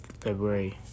February